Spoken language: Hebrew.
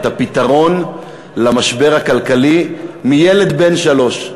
את הפתרון למשבר הכלכלי מילד בן שלוש.